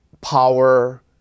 power